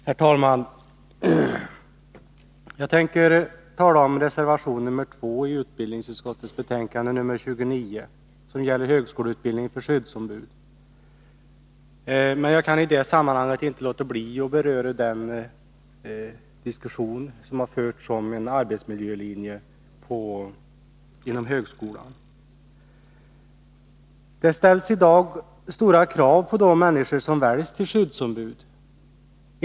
Herr talman! Jag tänker tala om reservation 2 i utbildningsutskottets betänkande 29 som gäller högskoleutbildning för skyddsombud. Men jag kan i det sammanhanget inte låta bli att beröra den diskussion som förts om en Detställs i dag stora krav på de människor som väljs till skyddsombud.